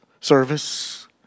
service